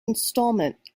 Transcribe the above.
installment